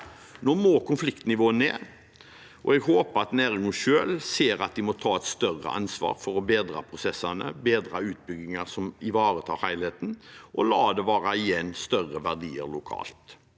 Nå må konfliktnivået ned. Jeg håper at næringen selv ser at de må ta et større ansvar for å bedre prosessene, bedre utbygginger som ivaretar helheten, og la det være igjen større verdier lokalt.